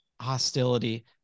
hostility